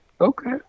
Okay